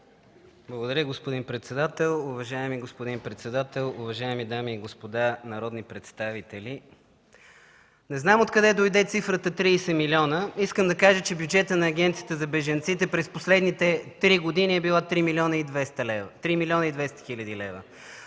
Благодаря, господин председател. Уважаеми господин председател, уважаеми дами и господа народни представители, не знам откъде дойде цифрата 30 милиона. Искам да кажа, че бюджета на Агенцията за бежанците през последните три години е била 3 млн. 200 хил. лв.